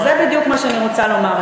אז זה בדיוק מה שאני רוצה לומר.